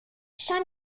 schon